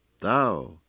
Thou